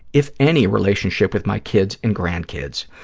if any, relationship with my kids and grandkids.